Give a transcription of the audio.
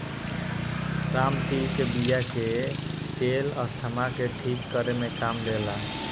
रामतिल के बिया के तेल अस्थमा के ठीक करे में काम देला